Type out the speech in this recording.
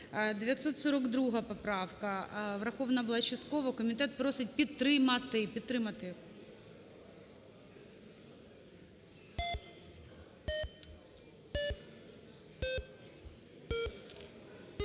942 поправка врахована була частково. Комітет просить підтримати,